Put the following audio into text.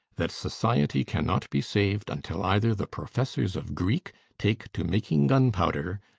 that society cannot be saved until either the professors of greek take to making gunpowder,